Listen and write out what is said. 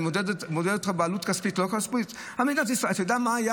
מול חופש, מול ערכים -- אתה יודע מה?